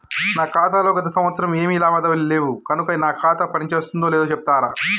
నా ఖాతా లో గత సంవత్సరం ఏమి లావాదేవీలు లేవు కనుక నా ఖాతా పని చేస్తుందో లేదో చెప్తరా?